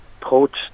poached